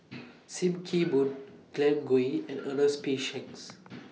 SIM Kee Boon Glen Goei and Ernest P Shanks